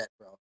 bro